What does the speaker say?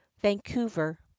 Vancouver